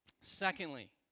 Secondly